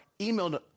email